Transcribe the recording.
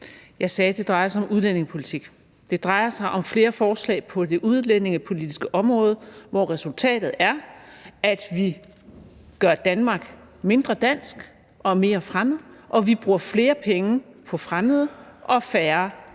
Jeg sagde, at det drejer sig om udlændingepolitik. Det drejer sig om flere forslag på det udlændingepolitiske område, hvor resultatet er, at vi gør Danmark mindre dansk og mere fremmed, og at vi bruger flere penge på fremmede og færre på